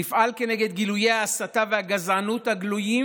נפעל כנגד גילויי ההסתה והגזענות הגלויים